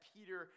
Peter